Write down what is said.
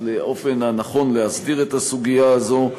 על האופן הנכון להסדיר את הסוגיה הזאת,